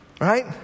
right